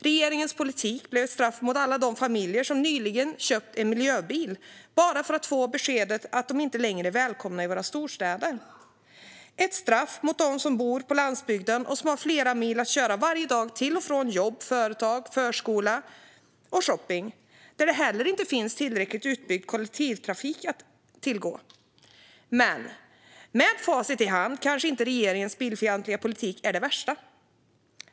Regeringens politik blev ett straff för alla de familjer som nyligen köpt en miljöbil bara för att få beskedet att de inte längre är välkomna i våra storstäder och ett straff för dem som bor på landsbygden och som har flera mil att köra varje dag till och från jobb, företag, förskola och shopping. Där finns det heller inte tillräckligt utbyggd kollektivtrafik att tillgå. Men med facit i hand kanske inte regeringens bilfientliga politik är det värsta.